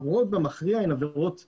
הן עבירות מינהליות,